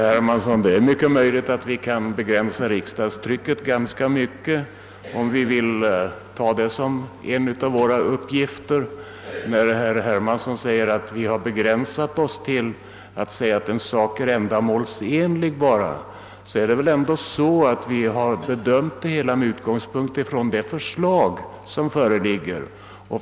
Herr talman! Det är mycket möjligt att vi kan begränsa riksdagstryckets omfång, om vi vill ta det som en av våra uppgifter. Med anledning av att herr Hermansson säger att vi har begränsat oss till att säga att en sak är ändamålsenlig vill jag framhålla att vi har bedömt det hela med utgångspunkt från det förslag som föreligger.